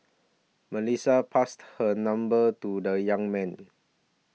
Melissa passed her number to the young man